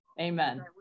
Amen